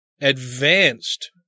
advanced